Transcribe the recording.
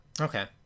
Okay